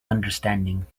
understanding